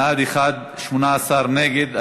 בעד, 1, 18 נגד.